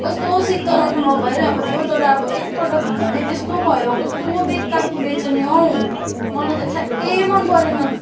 कस्तो शीतल अनुभव भइरहेको थियो तर अब एकपल्ट धुँदा नै त्यस्तो भयो कस्तो बेकारको रहेछ नि हौ मलाई त ठ्याक्कै मन परेन